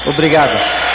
Obrigado